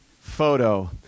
photo